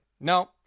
No